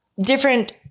different